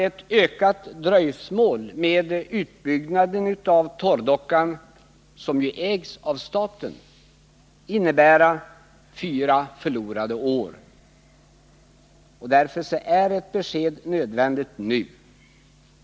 Ytterligare dröjsmål med utbyggnaden av torrdockan, som ägs av staten, skulle innebära fyra förlorade år. Därför är ett besked nödvändigt nu.